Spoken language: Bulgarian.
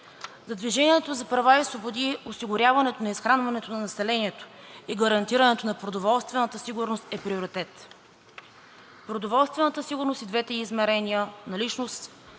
За „Движение за права и свободи“ осигуряването на изхранването на населението и гарантирането на продоволствената сигурност е приоритет. Продоволствената сигурност и в двете измерения – наличност